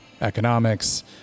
Economics